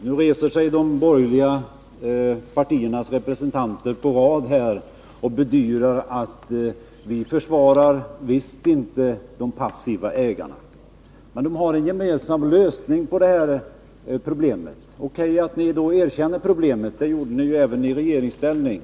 Herr talman! Nu reser sig de borgerliga partiernas representanter på rad och bedyrar: Vi försvarar visst inte de passiva ägarna. Visst erkänner ni problemet — det gjorde ni även i regeringsställning.